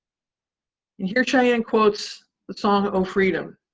and here sheyann quotes the song, oh, freedom.